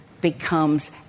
becomes